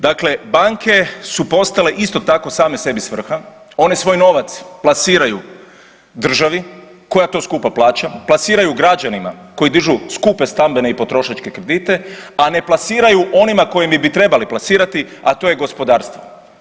Dakle, banke su postale isto tako same sebi svrha, one svoj novac plasiraju državi koja to skupo plaća, plasiraju građanima koji dižu skupe stambene i potrošačke kredite, a ne plasiraju onima kojima bi trebali plasirati, a to je gospodarstvo.